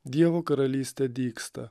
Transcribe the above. dievo karalystė dygsta